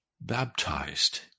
baptized